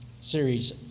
series